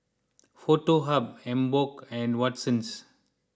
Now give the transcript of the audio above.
Foto Hub Emborg and Watsons